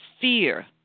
fear